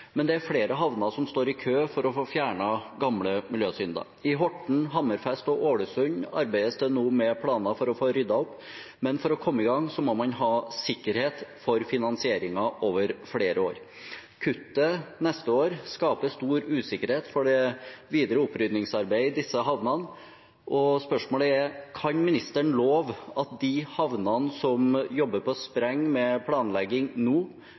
Men det er flere havner som står i kø for å få fjernet gamle miljøsynder. I Horten, Hammerfest og Ålesund arbeides det nå med planer for å få ryddet opp, men for å komme i gang må man ha sikkerhet for finansieringen over flere år. Kuttet neste år skaper stor usikkerhet for det videre oppryddingsarbeidet i disse havnene, og spørsmålet er: Kan klima- og miljøministeren love at de havnene som jobber på spreng med planlegging nå,